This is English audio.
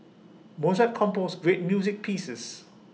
Mozart composed great music pieces